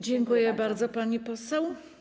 Dziękuję bardzo, pani poseł.